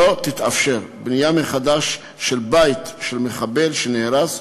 לא תתאפשר בנייה מחדש של בית של מחבל שנהרס,